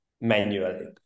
manually